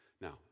Now